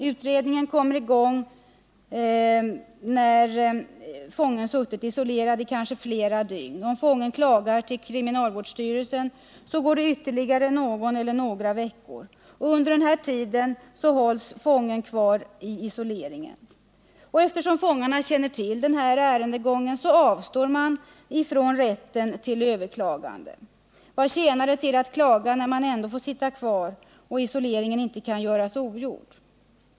Utredningen kommer i gång när fången suttit isolerad i kanske flera dygn. Om fången klagar till kriminalvårdsstyrelsen så går det ytterligare någon eller några veckor. Under denna tid hålls fången kvar i isoleringen. Eftersom fången känner till den här ärendegången avstår han från rätten till överklagande. Vad tjänar det till att klaga när man ändå får sitta kvar och isoleringen inte kan göras ogjord?